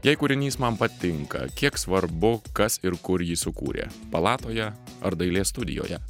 jei kūrinys man patinka kiek svarbu kas ir kur jį sukūrė palatoje ar dailės studijoje